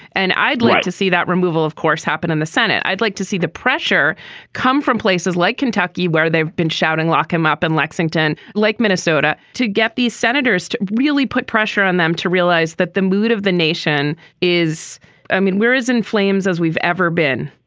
and i'd like to see that removal, of course, happen in the senate. i'd like to see the pressure come from places like kentucky where they've been shouting, lock him up in and lexington lake, minnesota, to get these senators to really put pressure on them, to realize that the mood of the nation is i mean, whereas in flames, as we've ever been,